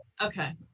Okay